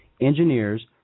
engineers